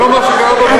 ולא מה שקרה במאה ה-20.